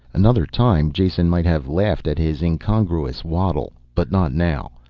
another time jason might have laughed at his incongruous waddle, but not now.